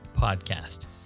Podcast